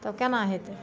तब केना हेतै